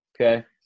Okay